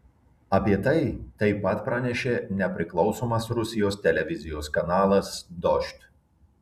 apie tai taip pat pranešė nepriklausomas rusijos televizijos kanalas dožd